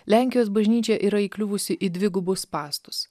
lenkijos bažnyčia yra įkliuvusi į dvigubus spąstus